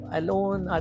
alone